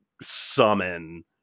summon